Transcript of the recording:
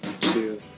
two